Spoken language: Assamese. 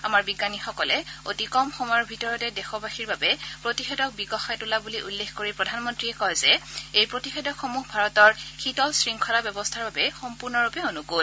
আমাৰ বিজ্ঞানীসকলে অতি কম সময়ৰ ভিতৰতে দেশবাসীৰ বাবে প্ৰতিষেধক বিকশাই তোলা বুলি উল্লেখ কৰি প্ৰধানমন্ত্ৰীয়ে কয় যে এই প্ৰতিষেধকসমূহ ভাৰতৰ শীতল শৃংখলা ব্যৱস্থাৰ বাবে সম্পূৰ্ণৰূপে অনুকূল